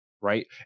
Right